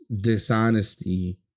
Dishonesty